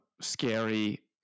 scary